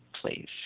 please